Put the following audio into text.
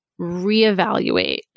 reevaluate